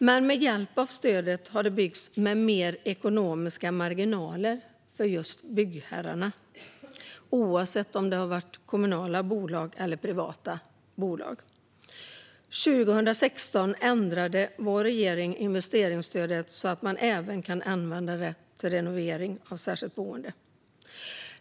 Men med hjälp av stödet har det byggts med större ekonomiska marginaler för byggherrarna, oavsett om det har varit kommunala bolag eller privata bolag. År 2016 ändrade vår regering investeringsstödet så att man även kan använda det till renovering av särskilda boenden.